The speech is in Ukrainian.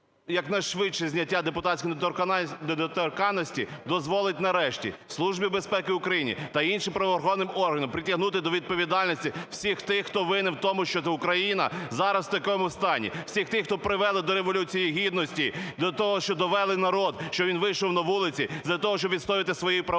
якнайшвидше зняття депутатської недоторканності дозволить нарешті Службі безпеки України та іншим правоохоронним органам притягнути до відповідальності всіх тих, хто винен у тому, що Україна зараз у такому стані, всіх тих, хто привели до Революції Гідності, до того, що довели народ, що він вийшов на вулиці для того, щоб відстоювати свої права і